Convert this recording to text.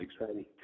exciting